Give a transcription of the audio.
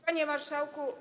Panie Marszałku!